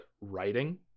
writing